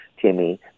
timmy